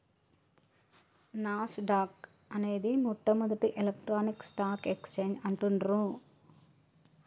నాస్ dock అనేది మొట్టమొదటి electronic stock exchange అంటుండ్రు